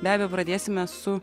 be abejo pradėsime su